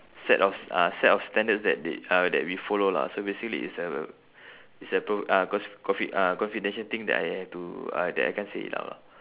set of uh set of standards that they uh that we follow lah so basically it's a it's a pro~ uh co~ confi~ uh confidential thing that I have to uh that I can't say it out lah